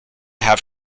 have